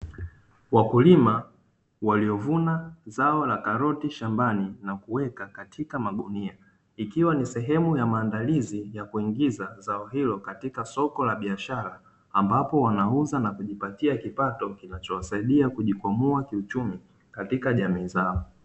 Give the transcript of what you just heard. Wakulima waliovuna zao la karoti shambani na kuweka katika magunia ikiwa ni sehemu ya maandalizi ya kuingiza zao hilo katika soko la biashara, ambapo wanauza na kujipatia kipato kinachosaidia kujikwamua kiuchumi katika jamii zao.